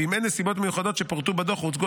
ואם אין נסיבות מיוחדות שפורטו בדו"ח או הוצגו